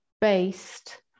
based